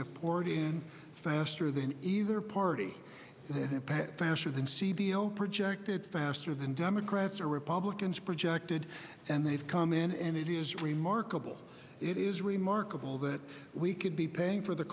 poured faster than either party faster than c the projected faster than democrats or republicans projected and they've come in and it is remarkable it is remarkable that we could be paying for the